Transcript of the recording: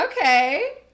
Okay